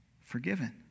forgiven